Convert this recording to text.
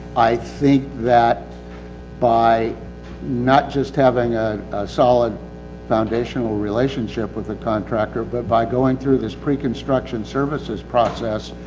i think that by not just having a, a solid foundational relationship with the contractor, but by going through this preconstruction services process,